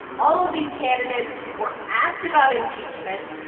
all of these candidates were asked about impeachment.